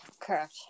Correct